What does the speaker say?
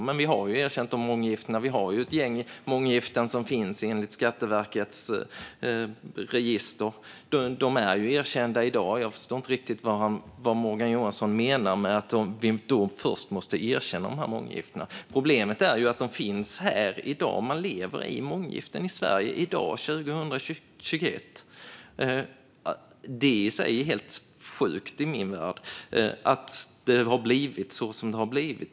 Men vi har ju erkänt de här månggiftena; enligt Skatteverkets register finns det ett gäng månggiften. De är erkända i dag. Jag förstår alltså inte riktigt vad Morgan Johansson menar med att vi då först måste erkänna månggiftena. Problemet är att de finns här i dag. Människor lever i månggiften i Sverige i dag, 2021. Att det har blivit som det har blivit är i sig helt sjukt i min värld.